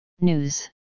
News